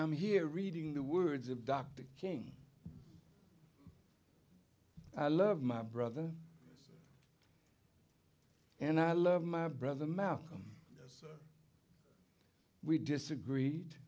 i'm here reading the words of dr king i love my brother and i love my brother malcolm we disagreed